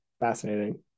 Fascinating